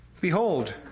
Behold